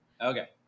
Okay